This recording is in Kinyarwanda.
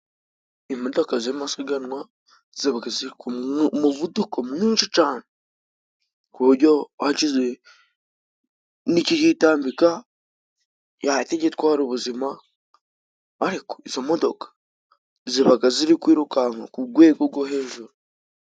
Imodoka z'amasiganwa zabaga ziri ku muvuduko mwinshi cane, ku bujyo hagize n'ikihitambika, yahita igitwara ubuzima. Ariko izo modoka zabaga ziri kwirukanka ku gwego gwo hejuru.